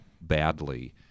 badly